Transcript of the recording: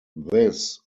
this